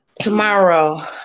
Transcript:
Tomorrow